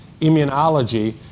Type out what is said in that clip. immunology